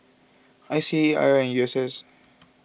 I C A I R and U S S